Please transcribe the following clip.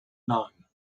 known